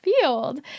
field